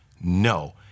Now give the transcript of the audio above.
no